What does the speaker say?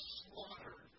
slaughtered